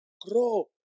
Grow